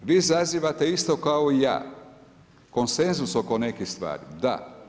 Vi izazivate isto kao i ja konsenzus oko nekih stvari, da.